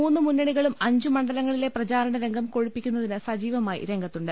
മൂന്നുമുന്നണി കളും അഞ്ച് മണ്ഡലങ്ങളിലെ പ്രചാരണരംഗം കൊഴുപ്പിക്കുന്ന തിന് സജീവമായി രംഗത്തുണ്ട്